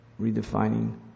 redefining